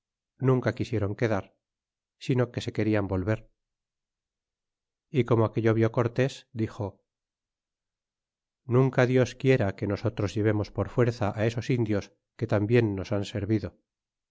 nunca quisieron quedar sino que se quedan volver e como aquello vió cortés dixo nunca dios quiera que nosotros llevemos por fuerza á esos indios que tan bien nos han servido